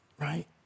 Right